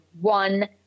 one